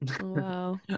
Wow